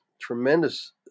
tremendous